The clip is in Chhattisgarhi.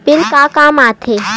बिल का काम आ थे?